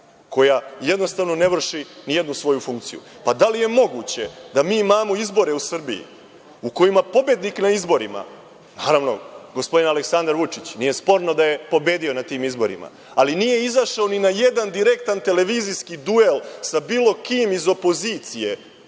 koja jednostavno ne vrši ni jednu svoju funkciju. Da li je moguće da mi imamo izbore u Srbiji u kojima pobednik na izborima, naravno, gospodin Aleksandar Vučić, nije sporno da je pobedio na tim izborima, ali nije izašao ni na jedan direktan televizijski duel sa bilo kim iz opozicije